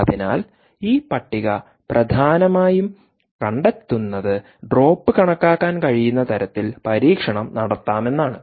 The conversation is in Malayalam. അതിനാൽ ഈ പട്ടിക പ്രധാനമായും കണ്ടെത്തുന്നത് ഡ്രോപ്പ് കണക്കാക്കാൻ കഴിയുന്ന തരത്തിൽ പരീക്ഷണം നടത്താമെന്നാണ്